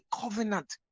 covenant